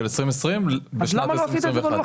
של 2020. למה לא עשיתם את זה בלוח